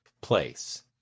place